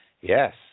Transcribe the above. Yes